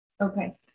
Okay